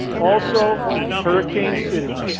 also hurricane city.